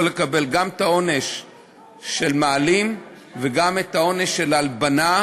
יכול לקבל גם את העונש של מעלים וגם את העונש של הלבנה,